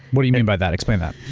what do you mean by that? explain that?